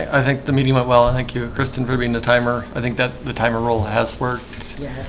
i think the meeting went well, i thank you kristin proving the timer. i think that the timer roll has worked